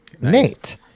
nate